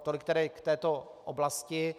Tolik tedy k této oblasti.